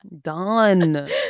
done